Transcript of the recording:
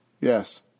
Yes